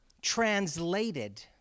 translated